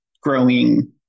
growing